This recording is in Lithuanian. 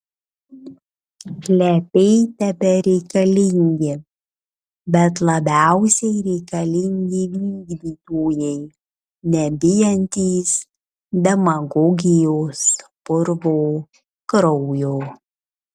plepiai tebereikalingi bet labiausiai reikalingi vykdytojai nebijantys demagogijos purvo kraujo